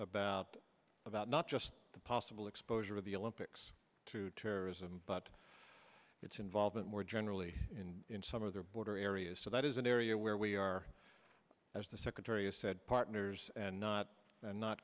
about about not just the possible exposure of the olympics to terrorism but its involvement more generally in some other border areas so that is an area where we are as the secretary of said partners and not and not